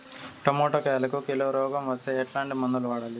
Tomato కాయలకు kilo రోగం వస్తే ఎట్లాంటి మందులు వాడాలి?